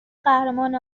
قهرمان